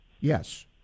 yes